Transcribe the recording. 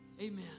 Amen